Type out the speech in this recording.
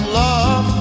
love